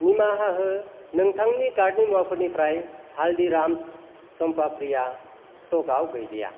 निमाहा हो नोंथांनि कार्डनि मुवाफोरनिफ्राय हाल्दिराम्स सम्पाप्रिया स्ट'कआव गैलिया